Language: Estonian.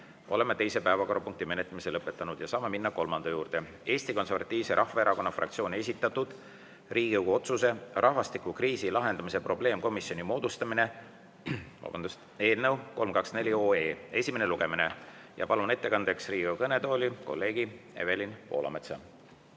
Oleme teise päevakorrapunkti menetlemise lõpetanud. Saame minna kolmanda [päevakorrapunkti] juurde. Eesti Konservatiivse Rahvaerakonna fraktsiooni esitatud Riigikogu otsuse "Rahvastikukriisi lahendamise probleemkomisjoni moodustamine" eelnõu 324 esimene lugemine. Ma palun ettekandeks Riigikogu kõnetooli kolleeg Evelin Poolametsa.